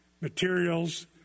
materials